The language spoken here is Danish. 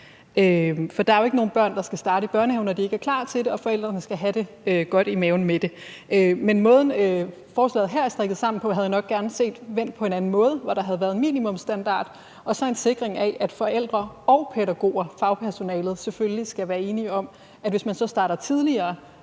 For der er jo ikke nogen børn, der skal starte i børnehaven, når de ikke er klar til det, og forældrene skal have det godt i maven med det. Men måden, forslaget her er strikket sammen på, havde jeg nok gerne set vendt på en anden måde, hvor der havde været minimumsstandard og så en sikring af, at forældre og pædagoger, fagpersonalet, selvfølgelig skal være enige om, at hvis man så starter tidligere,